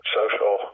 social